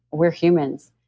we're humans.